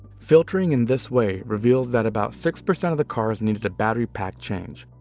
filtering in this way, reveals that about six percent of the cars needed a battery pack change,